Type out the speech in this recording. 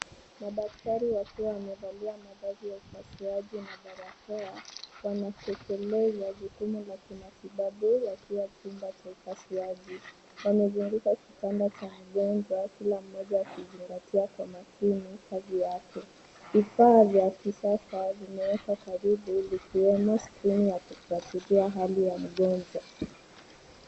Madaktari wakiwa wamevalia mavazi ya upasuaji na barakoa, wanatekeleza jukumu la kimatibabu wakiwa chumba cha upasuaji. Wamezunguka kitanda cha mgonjwa kila mmoja akizingatia kwa makini kazi yake. Vifaa vya kisasa vimewekwa karibu vikiwemo skrini ya kufuatilia hali ya mgonjwa.